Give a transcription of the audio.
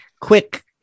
quick